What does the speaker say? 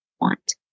want